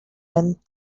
and